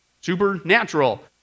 supernatural